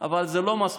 אבל זה לא מספיק.